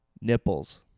Nipples